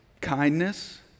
kindness